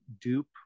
Dupe